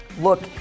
Look